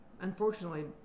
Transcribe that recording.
Unfortunately